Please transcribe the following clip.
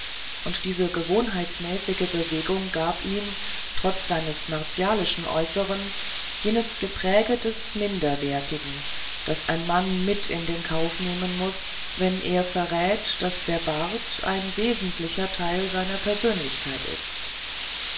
und diese gewohnheitsmäßige bewegung gab ihm trotz seines martialischen äußeren jenes gepräge des minderwertigen das ein mann mit in den kauf nehmen muß wenn er verrät daß der bart ein wesentlicher teil seiner persönlichkeit ist